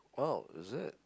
!wow! is it